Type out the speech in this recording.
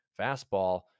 fastball